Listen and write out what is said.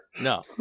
No